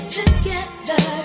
together